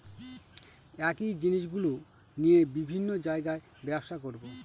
একই জিনিসগুলো নিয়ে বিভিন্ন জায়গায় ব্যবসা করবো